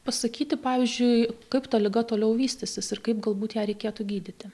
pasakyti pavyzdžiui kaip ta liga toliau vystysis ir kaip galbūt ją reikėtų gydyti